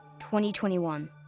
2021